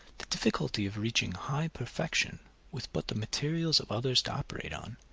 the difficulty of reaching high perfection with but the materials of others to operate on,